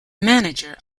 manager